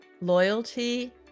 loyalty